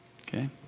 okay